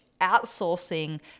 Outsourcing